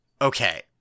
okay